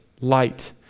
light